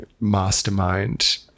mastermind